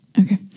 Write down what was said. Okay